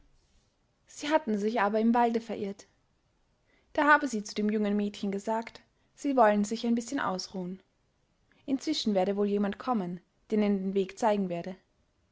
sie hatten sich aber im walde verirrt da habe sie zu dem jungen mädchen gesagt sie wollen sich ein bißchen ausruhen inzwischen werde wohl jemand kommen der ihnen den weg zeigen werde